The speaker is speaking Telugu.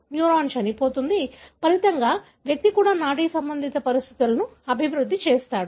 న్యూరాన్ చనిపోతుంది ఫలితంగా వ్యక్తి కూడా నాడీ సంబంధిత పరిస్థితులను అభివృద్ధి చేస్తాడు